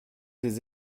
des